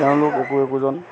তেওঁলোক একো একোজন